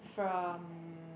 from